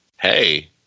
Hey